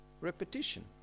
repetition